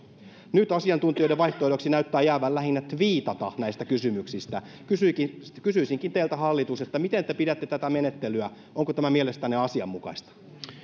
nyt asiantuntijoiden vaihtoehdoksi näyttää jäävän lähinnä tviitata näistä kysymyksistä kysyisinkin teiltä hallitus millaisena te pidätte tätä menettelyä onko tämä mielestänne asianmukaista